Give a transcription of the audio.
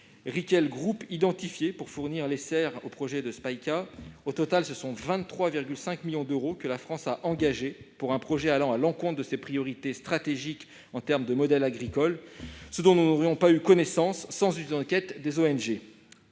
Richel Group, identifiée pour fournir les serres dans le projet de Spayka. Au total, ce sont 23,5 millions d'euros que la France a engagés pour un projet allant à l'encontre de ses priorités stratégiques en matière de modèle agricole, ce dont nous n'aurions pas eu connaissance sans une enquête des ONG.